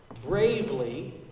Bravely